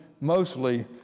mostly